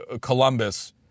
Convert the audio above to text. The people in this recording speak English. Columbus